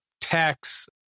tax